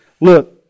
Look